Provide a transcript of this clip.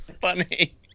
funny